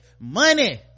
money